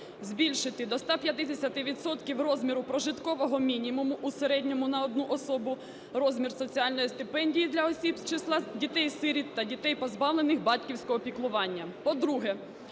збільшити до 150 відсотків розміру прожиткового мінімуму у середньому на одну особу розмір соціальної стипендії для осіб з числа дітей-сиріт та дітей, позбавлених батьківського піклування;